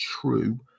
true